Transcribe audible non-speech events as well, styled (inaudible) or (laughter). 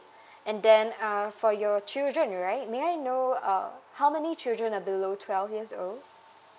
(breath) and then uh for your children right may I know uh how many children are below twelve years old